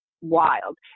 wild